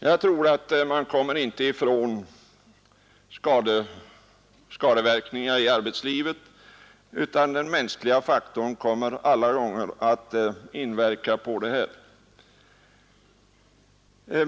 Jag tror att man inte kommer ifrån skador i arbetslivet — den mänskliga faktorn kommer alltid att inverka.